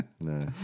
No